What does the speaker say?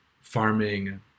farming